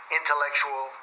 intellectual